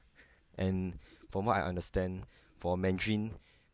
and from what I understand for mandarin